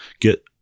get